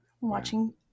watching